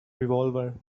revolver